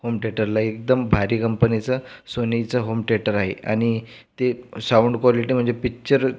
home थिएटरला एकदम भारी कंपनीचं सोनीचं होम थिएटर आहे आणि ते साऊंड क्वालिटी म्हणजे पिच्चर